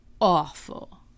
awful